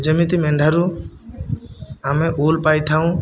ଯେମିତି ମେଣ୍ଢାରୁ ଆମେ ଊଲ୍ ପାଇଥାଉ